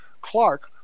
Clark